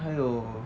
还有